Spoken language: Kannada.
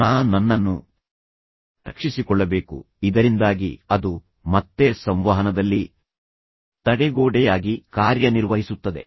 ನಾನು ನನ್ನನ್ನು ರಕ್ಷಿಸಿಕೊಳ್ಳಬೇಕು ಇದರಿಂದಾಗಿ ಅದು ಮತ್ತೆ ಸಂವಹನದಲ್ಲಿ ತಡೆಗೋಡೆಯಾಗಿ ಕಾರ್ಯನಿರ್ವಹಿಸುತ್ತದೆ